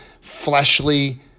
fleshly